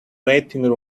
waiting